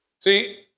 See